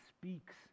speaks